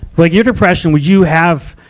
like, your depression, would you have,